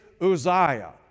Uzziah